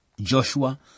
Joshua